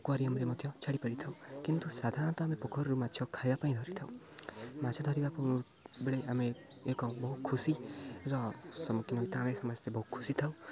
ଆକ୍ୱାରିୟମରେ ମଧ୍ୟ ଛାଡ଼ିପାରିଥାଉ କିନ୍ତୁ ସାଧାରଣତଃ ଆମେ ପୋଖରୀରୁ ମାଛ ଖାଇବା ପାଇଁ ଧରିଥାଉ ମାଛ ଧରିବା ବେଳେ ଆମେ ଏକ ବହୁ ଖୁସିର ସମ୍ମୁଖୀନ ହୋଇଥାଉ ଆମେ ସମସ୍ତେ ବହୁତ ଖୁସି ଥାଉ